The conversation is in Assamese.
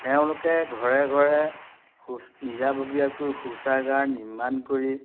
তেওঁলোকে ঘৰে ঘৰে নিজাববীয়াকৈ শৌচাগাৰ নিৰ্মাণ কৰি